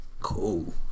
Cool